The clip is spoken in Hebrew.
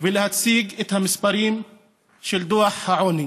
ולהציג את המספרים של דוח העוני.